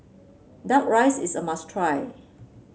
duck rice is a must try